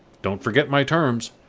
don't forget my terms.